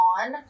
on